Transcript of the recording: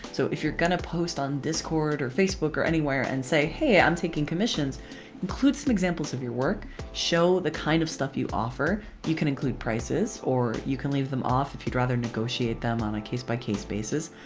so if you're gonna post on dischord or facebook or anywhere and say hey i'm taking commissions include some examples of your work show the kind of stuff you offer. you can include prices or you can leave them off if you'd rather negotiate them on a case-by-case basis.